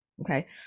Okay